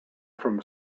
from